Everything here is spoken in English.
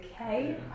okay